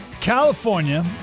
California